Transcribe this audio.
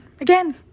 again